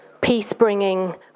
peace-bringing